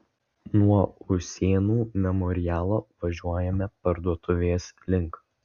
nuo usėnų memorialo važiuojame parduotuvės link